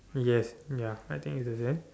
yes ya I think is the same